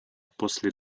после